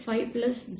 5 J1